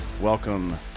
Welcome